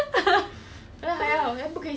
ya